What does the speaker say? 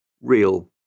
real